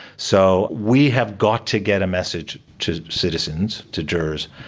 so we have got to get a message to citizens, to jurors,